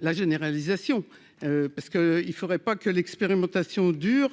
la généralisation parce que il ne faudrait pas que l'expérimentation dure